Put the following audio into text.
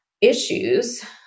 issues